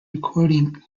recording